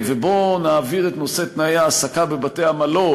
ובוא נעביר את נושא תנאי ההעסקה בבתי-המלון,